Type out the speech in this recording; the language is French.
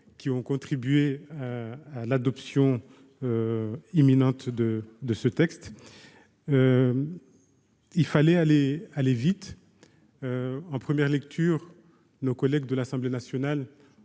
qui ont contribué à l'adoption, désormais imminente, de ce texte. Il fallait aller vite. En première lecture, nos collègues de l'Assemblée nationale